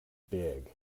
big